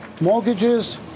mortgages